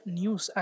news